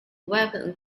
weapon